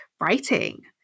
writing